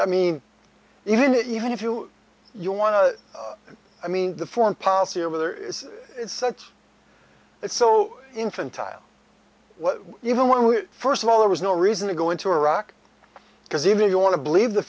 i mean even it even if you you want to i mean the foreign policy over there is such that so infant teil what even when we first of all there was no reason to go into iraq because even you want to believe the